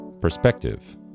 perspective